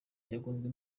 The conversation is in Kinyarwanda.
yagonzwe